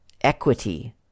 equity